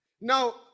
Now